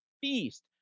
feast